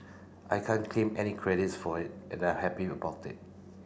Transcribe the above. I can't claim any credits for it and I'm happy about that